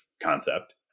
concept